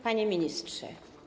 Panie Ministrze!